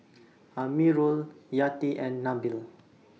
Amirul Yati and Nabil